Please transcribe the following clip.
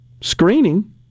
screening